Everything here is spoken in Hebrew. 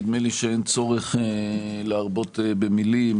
נדמה לי שאין צורך להרבות במילים.